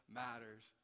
matters